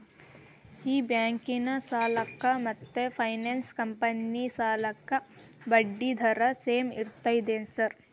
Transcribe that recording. ಈ ಬ್ಯಾಂಕಿನ ಸಾಲಕ್ಕ ಮತ್ತ ಫೈನಾನ್ಸ್ ಕಂಪನಿ ಸಾಲಕ್ಕ ಬಡ್ಡಿ ದರ ಸೇಮ್ ಐತೇನ್ರೇ?